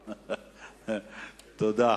תודה.